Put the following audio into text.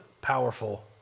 powerful